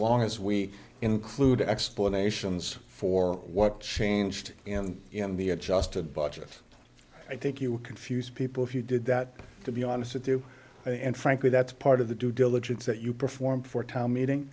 long as we include explanations for what changed and to be adjusted budget i think you confuse people if you did that to be honest with you and frankly that's part of the due diligence that you perform for ta meeting